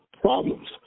problems